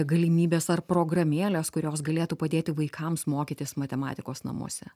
galimybės ar programėlės kurios galėtų padėti vaikams mokytis matematikos namuose